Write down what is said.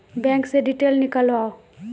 Bank से detail नीकालव?